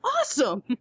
awesome